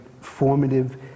formative